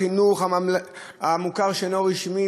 למה ילד בחינוך המוכר שאינו רשמי